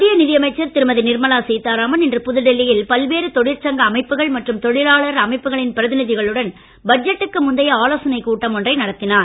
மத்திய நிதியமைச்சர் திருமதி நிர்மலா சீதாராமன் இன்று புதுடில்லியில் பல்வேறு தொழிற்சங்க அமைப்புகள் மற்றும் தொழிலாளர் அமைப்புகளின் பிரதிநிதிகளுடன் பட்ஜெட்டுக்கு முந்தைய ஆலோசனைக் கூட்டம் நடத்தினார்